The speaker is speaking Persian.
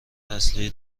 اصلی